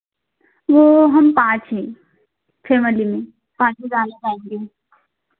वह हम पाँच हैं छः बजे नहीं पाँच ही जाना चाहेंगे